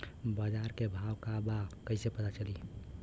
बाजार के भाव का बा कईसे पता चली?